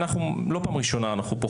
לא פעם ראשונה אנחנו פה,